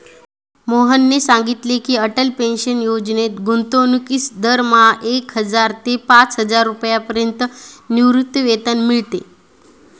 मोहनने सांगितले की, अटल पेन्शन योजनेत गुंतवणूकीस दरमहा एक हजार ते पाचहजार रुपयांपर्यंत निवृत्तीवेतन मिळते